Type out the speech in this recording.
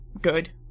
good